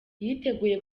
yiteguye